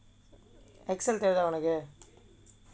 Excel தேவையா உனக்கு:thevaiyaa unakku